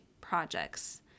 projects